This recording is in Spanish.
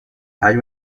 hay